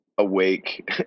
awake